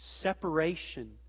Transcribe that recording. separation